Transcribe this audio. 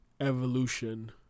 evolution